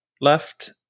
left